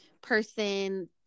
person